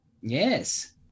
Yes